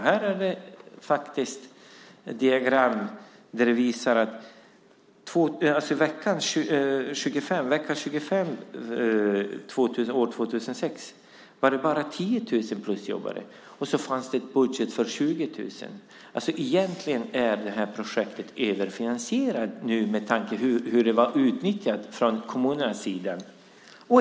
Jag har ett diagram som visar att det vecka 25 år 2006 bara var 10 000 plusjobbare trots att det fanns en budget för 20 000. Egentligen är detta projekt överfinansierat nu med tanke på hur det utnyttjades från kommunernas sida.